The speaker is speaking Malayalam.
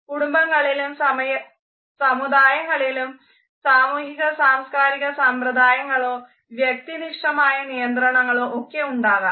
കുടുംബങ്ങളിലും സമുദായങ്ങളിലും സാമൂഹിക സാംസ്കാരിക സമ്പ്രദായങ്ങളോ വ്യക്തിനിഷ്ഠമായ നിയന്ത്രണങ്ങളോ ഒക്കെ ഉണ്ടാവാം